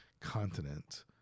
continent